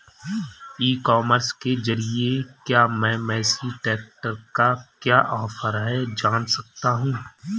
ई commerce के ज़रिए क्या मैं मेसी ट्रैक्टर का क्या ऑफर है जान सकता हूँ?